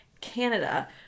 Canada